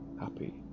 happy